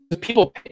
people